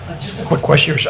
quick question.